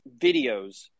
videos